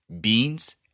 beans